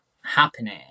happening